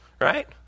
right